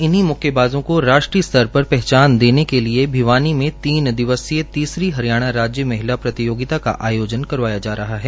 इन्ही मुक्केबाजों को राष्ट्रीय स्तर पर पहचान देने के लिए भिवानी में तीन दिवसीय थर्ड हरियाणा राज्य महिला प्रतियोगिता का आयोजन किया जा रहा है